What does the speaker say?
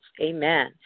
Amen